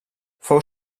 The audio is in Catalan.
fou